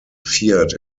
fiat